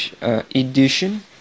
Edition